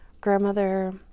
grandmother